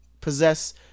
possess